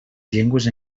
llengües